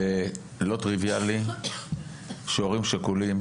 זה לא טריוויאלי שהורים שכולים,